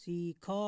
ଶିଖ